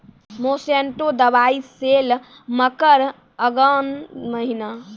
Monsanto दवाई सेल मकर अघन महीना,